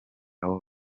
abo